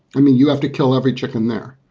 i mean, you have to kill every chicken there.